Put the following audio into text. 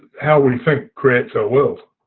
how we think creates our world.